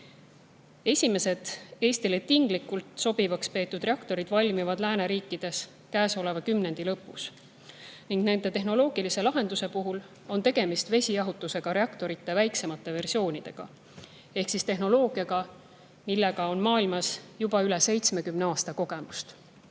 õppida. Esimesed Eestile tinglikult sobivaks peetud reaktorid valmivad lääneriikides käesoleva kümnendi lõpus ning tehnoloogilise lahenduse poolest on tegemist vesijahutusega reaktorite väiksemate versioonidega. Selle tehnoloogiaga on maailmas juba üle 70 aasta kogemusi.